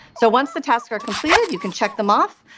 so once the tasks are completed, you can check them off,